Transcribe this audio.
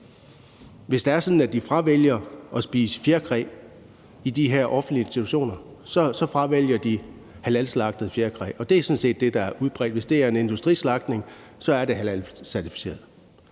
at de fravælger at spise fjerkræ i de her offentlige institutioner, så fravælger de halalslagtet fjerkræ. Det er sådan set det, der er udbredt; hvis det er en industrislagtning, er det halalcertificeret.